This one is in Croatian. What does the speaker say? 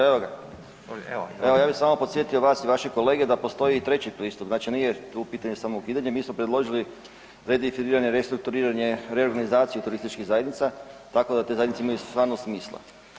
Evo ga, evo ja bi samo podsjetio vas i vaše kolege da postoji i treći pristup, znači nije u pitanju samo ukidanje, mi smo predložili redefiniranje, restrukturiranje, reorganizaciju turističkih zajednica tako da te zajednice imaju stvarno smisla.